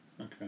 Okay